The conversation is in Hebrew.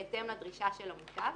בהתאם לדרישה של המוטב.